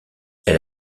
elle